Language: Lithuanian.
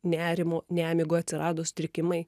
nerimų nemigų atsirado sutrikimai